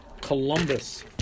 Columbus